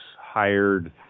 hired